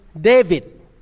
David